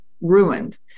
ruined